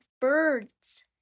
birds